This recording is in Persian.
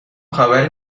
خبری